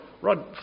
Rod